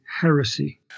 heresy